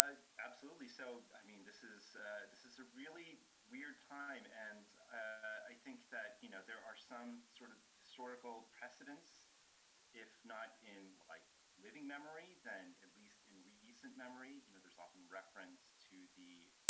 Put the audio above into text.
absolutely, so, i mean this is this is a really weird time and i think that you know there are some sort of historical precedence if not in like living memory, then at least in recent memory. you know, there's often reference to the